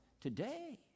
today